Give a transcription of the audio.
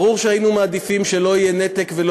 ברור שהיינו מעדיפים שלא יהיה נתק ולא